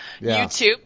YouTube